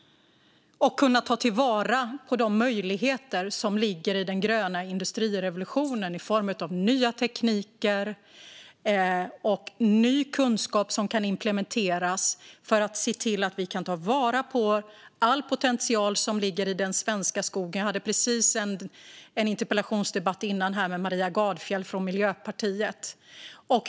Vi ska kunna ta till vara de möjligheter som ligger i den gröna industrirevolutionen i form av nya tekniker och ny kunskap som kan implementeras för att se till att vi kan ta vara på all potential som ligger i den svenska skogen. Jag hade en interpellationsdebatt precis innan med Maria Gardfjell från Miljöpartiet.